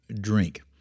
drink